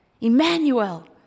Emmanuel